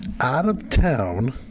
Out-of-town